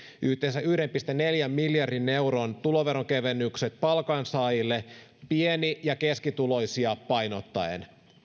yhteensä yhden pilkku neljän miljardin euron tuloveronkevennykset palkansaajille pieni ja keskituloisia painottaen